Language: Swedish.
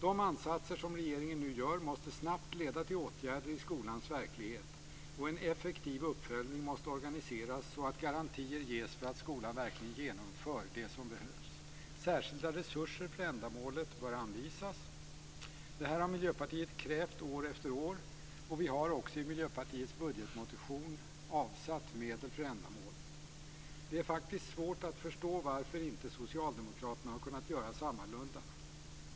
De ansatser som regeringen nu gör måste snabbt leda till åtgärder i skolans verklighet, och en effektiv uppföljning måste organiseras så att garantier ges för att skolan verkligen genomför det som behövs. Särskilda resurser för ändamålet bör anvisas. Detta har Miljöpartiet krävt år efter år, och vi har också i Miljöpartiets budgetmotion avsatt medel för ändamålet. Det är faktiskt svårt att förstå varför inte socialdemokraterna har kunnat göra sammalunda.